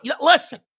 Listen